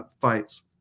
fights